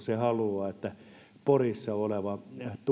se haluaa että porissa oleva